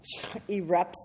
erupts